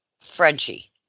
Frenchie